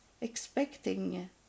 expecting